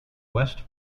west